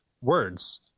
words